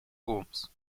roms